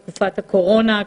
תקופת הקורונה,